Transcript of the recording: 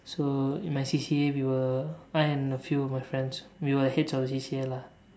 so in my C_C_A we were I and a few of my friends we were heads of the C_C_A lah